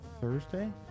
Thursday